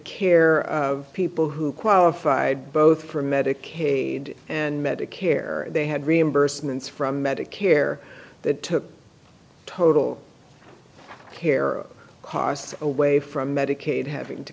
care of people who qualified both for medicaid and medicare they had reimbursements from medicare that took total care costs away from medicaid having to